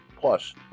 Plus